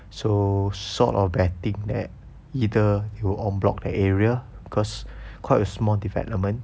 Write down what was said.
so sort of betting that either will en bloc the area because quite a small development